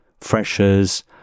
freshers